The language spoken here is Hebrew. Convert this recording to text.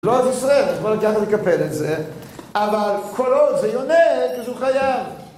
לא עושה, אז בוא ככה נקפל את זה, אבל כל עוד זה יונק אז הוא חייב